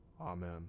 Amen